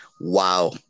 wow